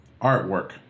artwork